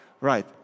right